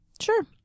Sure